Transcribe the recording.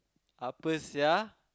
apa sia